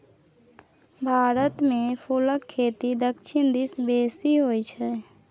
भारतमे फुलक खेती दक्षिण दिस बेसी होय छै